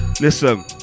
Listen